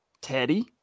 Teddy